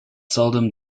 seldom